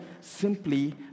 simply